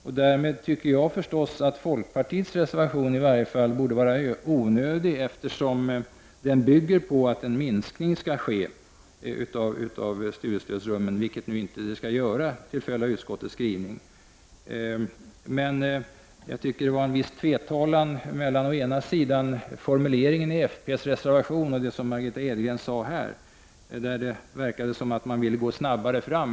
Således borde i varje fall folkpartiets reservation vara onödig. Den bygger ju på krav på att en minskning sker av antalet studiestödsrum, vilket nu inte blir aktuellt till följd av utskottets skrivning. Jag tycker mig finna en viss tvetalan när det gäller å ena sidan formuleringen i folkpartiets reservation och å andra sidan det som Margitta Edgren här sade. Det verkar som om man vill gå snabbare fram.